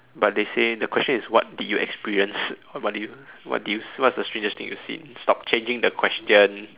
but they say the question is what did you experienced what did you what did you what is the strangest thing you seen stop changing the question